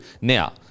Now